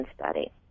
study